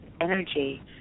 energy